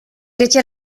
étiez